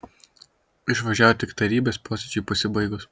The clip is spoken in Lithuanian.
išvažiavo tik tarybos posėdžiui pasibaigus